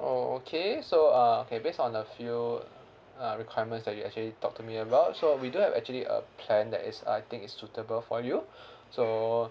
oh okay so uh okay based on the few uh requirement that you actually talk to me about so we do have actually a plan that is I think is suitable for you so